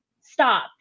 stop